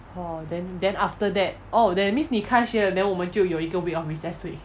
orh then then after that oh that means 你开学 then 我们就有一个 week of recess week